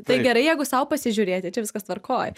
tai gerai jeigu sau pasižiūrėti čia viskas tvarkoj